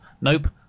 Nope